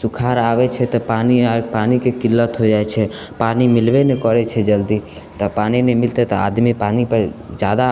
सुखाड़ आबैत छै तऽ पानि आर पानिके किल्लत हो जाइत छै पानि मिलबे नहि करैत छै जल्दी तऽ पानि नहि मिलतै तऽ आदमी पानि पर जादा